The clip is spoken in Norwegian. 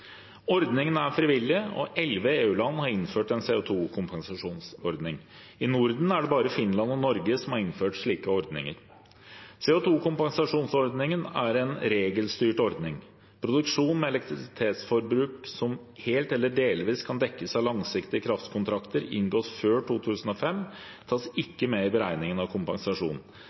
Ordningen er frivillig, og elleve EU-land har innført en CO 2 -kompensasjonsordning. I Norden er det bare Finland og Norge som har innført slike ordninger. CO 2 -kompensasjonsordningen er en regelstyrt ordning. Produksjon med elektrisitetsforbruk som helt eller delvis kan dekkes av langsiktige kraftkontrakter inngått før 2005, tas ikke med i beregningen av kompensasjon.